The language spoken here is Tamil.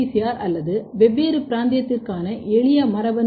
ஆர் அல்லது வெவ்வேறு பிராந்தியத்திற்கான எளிய மரபணு டி